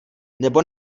nebo